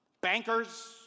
bankers